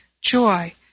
joy